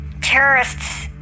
terrorists